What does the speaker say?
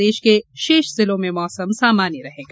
प्रदेश के शेष जिलों में मौसम सामान्य रहेगा